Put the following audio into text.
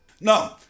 No